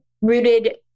rooted